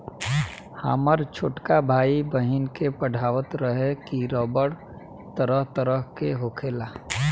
हामर छोटका भाई, बहिन के पढ़ावत रहे की रबड़ तरह तरह के होखेला